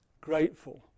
grateful